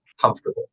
comfortable